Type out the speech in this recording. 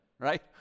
Right